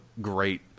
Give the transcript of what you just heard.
great